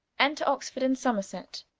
enter oxford and somerset.